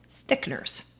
thickeners